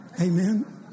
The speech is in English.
Amen